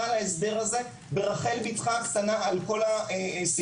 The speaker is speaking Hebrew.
על ההסדר הזה ברחל בתך הקטנה על כל הסעיפים.